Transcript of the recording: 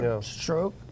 stroke